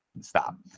Stop